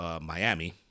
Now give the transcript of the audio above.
Miami